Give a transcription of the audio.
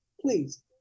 Please